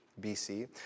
BC